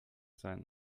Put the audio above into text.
sein